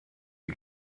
die